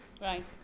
right